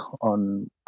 on